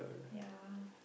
ya